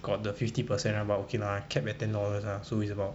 got the fifty percent but okay ah get back ten dollars ah so it's about